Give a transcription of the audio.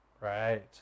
Right